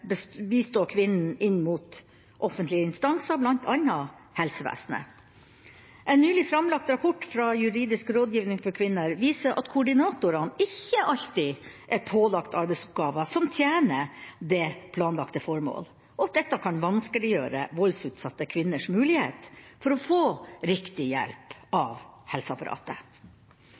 bistå kvinnene inn mot offentlige instanser, bla. helsevesenet. En nylig framlagt rapport fra Juridisk rådgivning for kvinner viser at koordinatorene ikke alltid er pålagt arbeidsoppgaver som tjener det planlagte formål, og at dette kan vanskeliggjøre voldsutsatte kvinners mulighet til å få riktig hjelp